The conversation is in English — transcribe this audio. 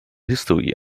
history